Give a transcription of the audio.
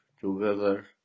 together